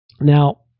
Now